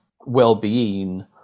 well-being